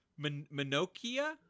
Minokia